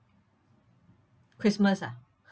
christmas ah